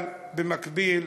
אבל במקביל,